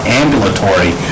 ambulatory